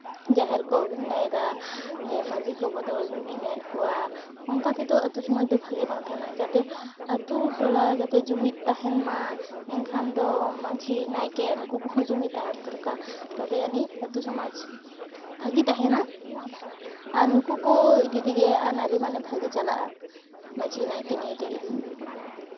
ᱡᱟᱦᱮᱨ ᱠᱚ ᱵᱷᱤᱱᱟᱹᱭ ᱮᱫᱟ ᱢᱟᱹᱡᱷᱤ ᱠᱚ ᱵᱚᱫᱚᱞ ᱵᱷᱤᱱᱟᱹᱭᱮᱜ ᱠᱚᱣᱟ ᱚᱱᱠᱟ ᱛᱮᱫᱚ ᱟᱛᱳ ᱥᱚᱢᱟᱡᱽ ᱫᱚ ᱵᱷᱟᱜᱮ ᱵᱟᱝ ᱛᱟᱦᱮᱱᱟ ᱡᱟᱛᱮ ᱟᱛᱳ ᱴᱚᱞᱟ ᱡᱟᱛᱮ ᱡᱩᱢᱤᱫ ᱛᱟᱦᱮᱱ ᱢᱟ ᱮᱱᱠᱷᱟᱱ ᱫᱚ ᱢᱟᱹᱡᱷᱤ ᱱᱟᱭᱠᱮ ᱱᱩᱠᱩ ᱠᱚᱦᱚᱸ ᱡᱩᱢᱤᱫ ᱛᱟᱦᱮᱱ ᱫᱚᱨᱠᱟᱨ ᱛᱚᱵᱮ ᱟᱹᱱᱤᱡ ᱟᱛᱳ ᱥᱚᱢᱟᱡᱽ ᱵᱷᱟᱜᱮ ᱛᱟᱦᱮᱱᱟ ᱟᱨ ᱱᱩᱠᱩ ᱠᱚ ᱤᱫᱤ ᱛᱮᱜᱮ ᱟᱹᱱ ᱟᱹᱨᱤ ᱢᱟ ᱢᱟᱱᱮ ᱵᱷᱟᱜᱮ ᱪᱟᱞᱟᱜᱼᱟ ᱢᱟᱹᱡᱷᱤ ᱱᱟᱭᱠᱮ ᱱᱤᱭᱮ ᱛᱮᱜᱮ